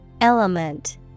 Element